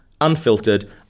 Unfiltered